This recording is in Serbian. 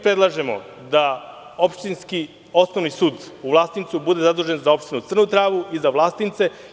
Predlažemo da Opštinski osnovni sud u Vlasotincu bude zadužen za opštinu Crnu Travu i za Vlasotince.